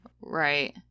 right